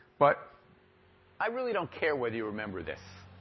but i really don't care whether you remember this.